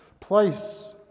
place